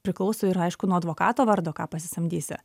priklauso ir aišku nuo advokato vardo ką pasisamdysi